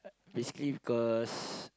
basically cause